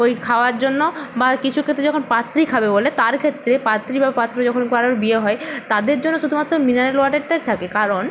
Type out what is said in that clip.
ওই খাওয়ার জন্য বা কিছু ক্ষেত্রে যখন পাত্রী খাবে বলে তার ক্ষেত্রে পাত্রী বা পাত্র যখন কারোর বিয়ে হয় তাদের জন্য শুধুমাত্র মিনারেল ওয়াটারটা থাকে কারণ